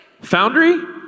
Foundry